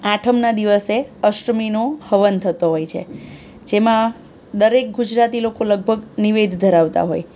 આઠમના દિવસે અષ્ટમીનો હવન થતો હોય છે જેમાં દરેક ગુજરાતી લોકો લગભગ નિવેધ ધરાવતાં હોય